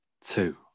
two